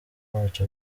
wacu